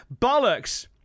Bollocks